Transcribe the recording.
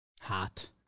Hot